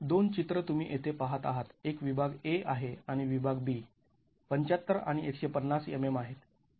दोन चित्र तुम्ही येथे पहात आहात एक विभाग a आहे आणि विभाग b ७५ आणि १५० mm आहेत